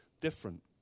different